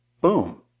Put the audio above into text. Boom